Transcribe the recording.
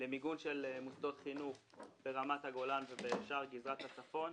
למיגון של מוסדות חינוך ברמת הגולן ובשאר גזרת הצפון,